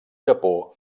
japó